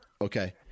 Okay